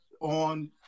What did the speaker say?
on